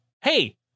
Hey